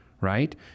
right